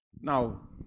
Now